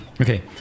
Okay